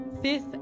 fifth